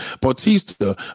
Bautista